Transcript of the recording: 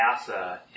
NASA